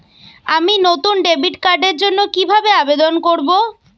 আমি নতুন ডেবিট কার্ডের জন্য কিভাবে আবেদন করব?